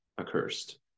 accursed